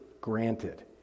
Granted